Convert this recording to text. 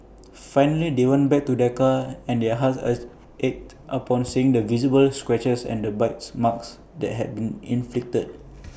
finally they went back to their car and their hearts ached upon seeing the visible scratches and bite marks that had been inflicted